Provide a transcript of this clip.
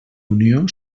unió